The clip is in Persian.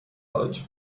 عاج